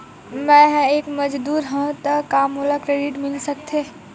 मैं ह एक मजदूर हंव त का मोला क्रेडिट मिल सकथे?